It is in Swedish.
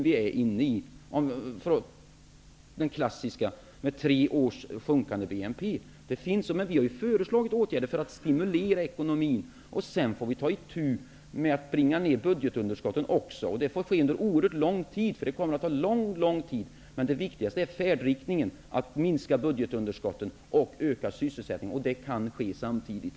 Vi är inne i en klassisk depression, med sjunkande BNP under tre år. Vi har föreslagit åtgärder för att stimulera ekonomin. Sedan får vi ta itu med att bringa ner budgetunderskottet. Men det kommer att ta en oerhört lång tid. Det viktigaste är färdriktningen, att minska budgetunderskottet och öka sysselsättningen. Dessa två saker kan göras samtidigt.